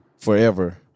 Forever